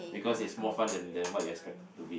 because it's more fun than than what you expected to be